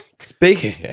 Speaking